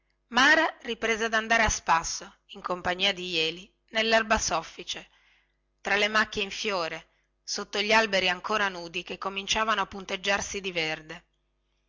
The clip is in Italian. mara riprese ad andare a spasso in compagnia di jeli nellerba soffice fra le macchie in fiore sotto gli alberi ancora nudi che cominciavano a punteggiarsi di verde